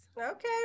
Okay